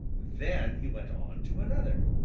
then he went on to another,